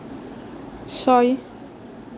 ছয়